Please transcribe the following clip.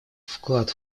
вклад